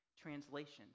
translations